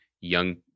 young